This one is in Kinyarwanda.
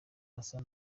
asa